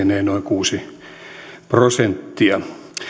kuusi prosenttia